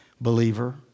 believer